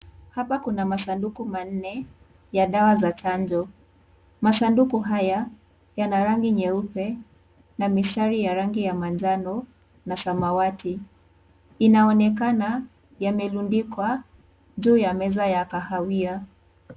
Hapa kuna masanduku manne ya dawa za chanjo. Masanduku haya yana rangi nyeupe na mistari ya rangi ya manjano na samawati. Inaonekana yamerundikwa juu ya meza ya kahawia.